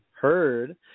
Heard